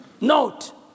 Note